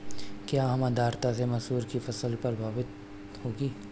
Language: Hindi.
क्या कम आर्द्रता से मसूर की फसल प्रभावित होगी?